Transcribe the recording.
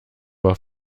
war